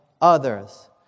others